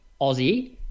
aussie